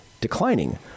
declining